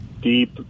deep